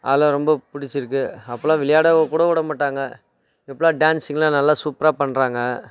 அதுலாம் ரொம்ப பிடிச்சிருக்கு அப்போலாம் விளையாட கூட விடமாட்டாங்க இப்போலாம் டேன்ஸிங்லாம் நல்லா சூப்பராக பண்ணுறாங்க